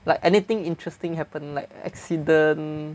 like anything interesting happen like accident